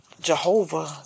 Jehovah